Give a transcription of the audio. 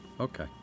Okay